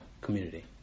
community